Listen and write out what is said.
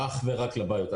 אך ורק לבעיות.